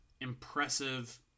impressive